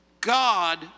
God